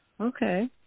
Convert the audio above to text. Okay